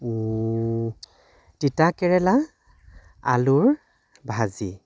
তিতাকেৰেলা আলুৰ ভাজি